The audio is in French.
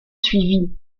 suivit